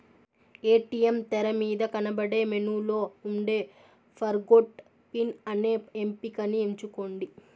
ATM తెరమీద కనబడే మెనూలో ఉండే ఫర్గొట్ పిన్ అనే ఎంపికని ఎంచుకోండి